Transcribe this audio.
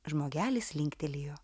žmogelis linktelėjo